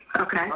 Okay